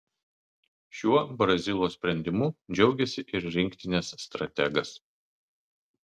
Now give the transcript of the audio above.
šiuo brazilo sprendimu džiaugėsi ir rinktinės strategas